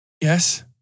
Yes